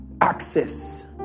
access